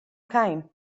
came